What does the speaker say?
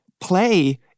play